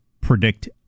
predict